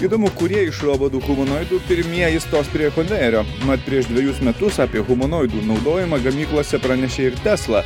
įdomu kurie iš robotų humanoidų pirmieji stos prie konvejerio mat prieš dvejus metus apie humanoi naudojimą gamyklose pranešė ir tesla